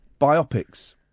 Biopics